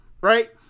right